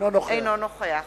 אינו נוכח